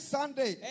Sunday